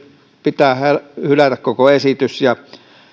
pitää hylätä koko esitys ja